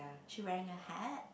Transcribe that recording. she wearing a hat